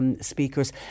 Speakers